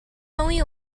only